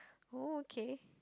oh okay